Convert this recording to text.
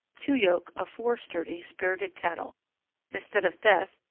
two yoke of four sturdy, spirited cattle instead of death,